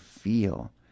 feel